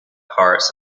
pirates